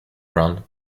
ground